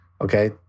okay